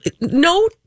No